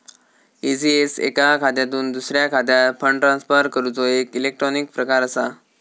ECS एका खात्यातुन दुसऱ्या खात्यात फंड ट्रांसफर करूचो एक इलेक्ट्रॉनिक प्रकार असा